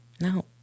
No